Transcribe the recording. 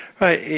Right